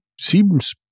seems